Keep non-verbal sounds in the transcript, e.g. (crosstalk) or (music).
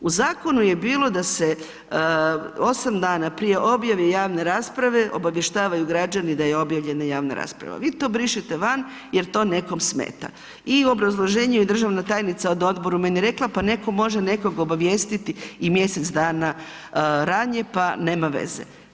U zakonu je bilo da se 8 dana prije objave javne rasprave obavještavaju građani da je objavljena javna rasprava. vi to brišete van jer to nekom smeta i obrazloženje je državna tajnica ... (unintelligible) meni rekla pa netko može nekog obavijestiti i mjesec dana ranije pa nema veze.